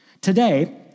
Today